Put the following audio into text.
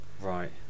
Right